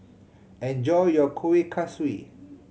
enjoy your Kuih Kaswi